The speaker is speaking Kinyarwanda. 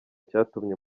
cyatumye